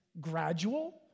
gradual